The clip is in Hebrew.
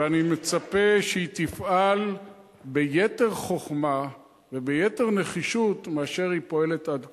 ואני מצפה שהיא תפעל ביתר חוכמה וביתר נחישות מאשר היא פועלת עד כה.